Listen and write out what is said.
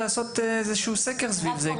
אולי לעשות איזשהו סקר סביב זה.